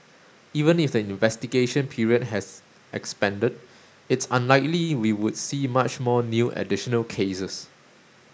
even if the investigation period has expanded it's unlikely we would see much more new additional cases